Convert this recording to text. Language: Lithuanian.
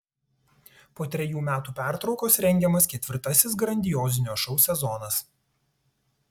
po trejų metų pertraukos rengiamas ketvirtasis grandiozinio šou sezonas